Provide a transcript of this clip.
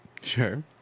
Sure